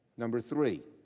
number three,